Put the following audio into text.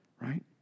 right